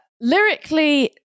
lyrically